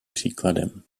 příkladem